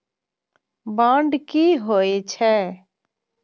Bond की होई छै?